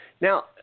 Now